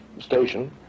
station